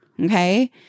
Okay